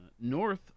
North